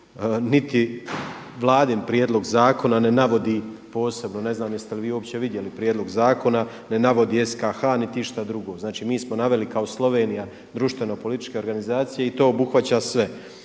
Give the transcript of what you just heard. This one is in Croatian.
Niti Vladin prijedlog zakona ne navodi posebno, ne znam jeste li vi uopće vidjeli prijedlog zakona, ne navodi SKH niti išta drugo. Znači, mi smo naveli kao Slovenija društveno-političke organizacije i to obuhvaća sve.